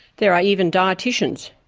there are even dietitians,